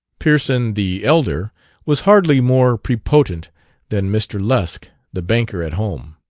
pearson the elder was hardly more prepotent than mr. lusk, the banker at home.